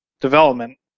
development